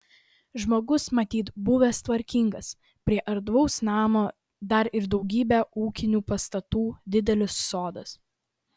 žmogus matyt buvęs tvarkingas prie erdvaus namo dar ir daugybė ūkinių pastatų didelis sodas